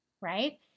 right